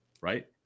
right